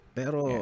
pero